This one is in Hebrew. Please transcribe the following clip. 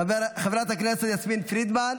חברת הכנסת יסמין פרידמן,